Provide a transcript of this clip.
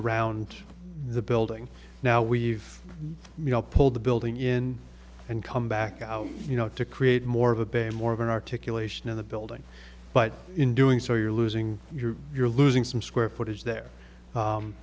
around the building now we've pulled the building in and come back out you know to create more of a bay more of an articulation of the building but in doing so you're losing your you're losing some square footage there